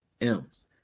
M's